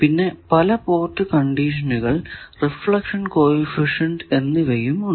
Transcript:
പിന്നെ പല പോർട്ട് കണ്ടിഷനുകൾ റിഫ്ലക്ഷൻ കോ എഫിഷ്യന്റ് എന്നിവയും ഉണ്ട്